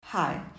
Hi